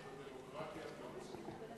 זאת דמוקרטיה, אתה לא צריך להתנצל.